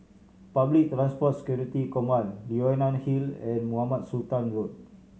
Public Transport Security Command Leonie Hill and Mohamed Sultan Road